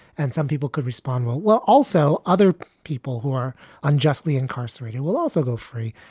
and some people could respond well. well, also, other people who are unjustly incarcerated will also go free.